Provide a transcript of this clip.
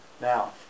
Now